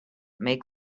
make